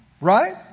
Right